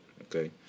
Okay